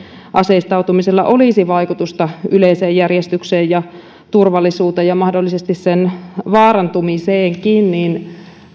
aseistautumisella olisi vaikutusta yleiseen järjestykseen ja turvallisuuteen ja mahdollisesti sen vaarantumiseenkin